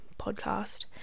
podcast